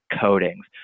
coatings